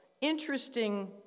interesting